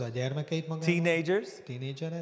teenagers